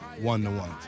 one-to-one